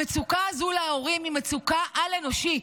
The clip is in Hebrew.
המצוקה הזו להורים היא מצוקה אל-אנושית.